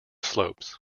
slopes